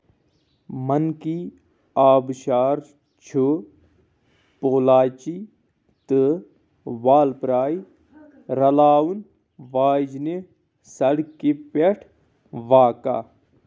منکی آبشار چھُ پولاچی تہٕ والپرائی رلاوُن واجنہِ سڑکہِ پٮ۪ٹھ واقعہٕ